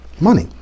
money